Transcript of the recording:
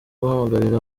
guhamagarira